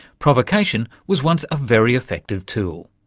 provocation was once a very effective tool,